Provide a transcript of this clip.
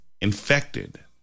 infected